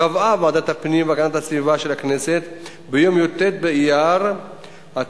קבעה ועדת הפנים והגנת הסביבה של הכנסת ביום י"ט באייר התשע"א,